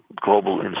Global